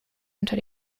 unter